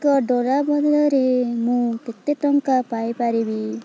ଏକ ଡଲାର ବଦଳରେ ମୁଁ କେତେ ଟଙ୍କା ପାଇପାରିବି